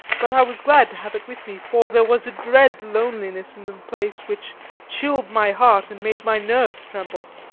but i was glad to have it with me, for there was a dread loneliness in the place which chilled my heart and made my nerves tremble.